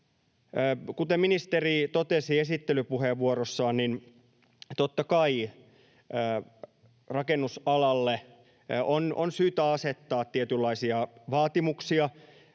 Kuten ministeri totesi esittelypuheenvuorossaan, totta kai rakennusalalle on syytä asettaa tietynlaisia vaatimuksia